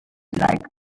like